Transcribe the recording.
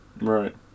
Right